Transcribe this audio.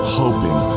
hoping